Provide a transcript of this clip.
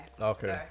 Okay